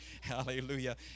Hallelujah